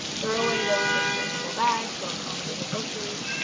throw away those disposable bags that accommodate your groceries.